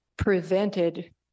Prevented